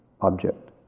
object